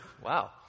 Wow